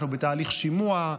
אנחנו בתהליך שימוע.